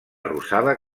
rosada